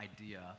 idea